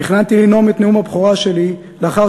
תכננתי לנאום את נאום הבכורה שלי לאחר